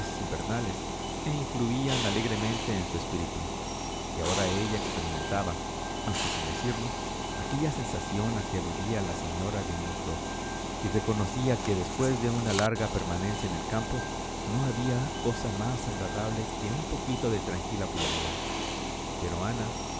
invernales e influían alegremente en su espíritu y ahora ella experimentaba aunque sin decirlo aquella sensación a que aludía la señora de musgrove y reconocía que después de una larga permanencia en el campo no había cosa más agradable que un poquito de tranquila bullanga pero ana